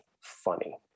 funny